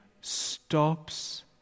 stops